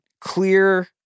clear